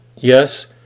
Yes